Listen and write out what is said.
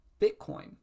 Bitcoin